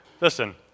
Listen